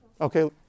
Okay